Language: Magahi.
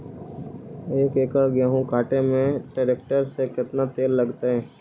एक एकड़ गेहूं काटे में टरेकटर से केतना तेल लगतइ?